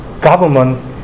government